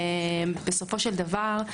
בסופו של דבר,